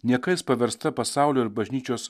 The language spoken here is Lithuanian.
niekais paversta pasaulio ir bažnyčios